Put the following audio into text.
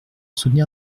soutenir